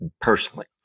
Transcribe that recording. personally